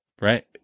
Right